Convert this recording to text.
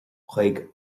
chuig